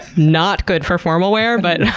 not good for formal wear, but.